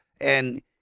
And-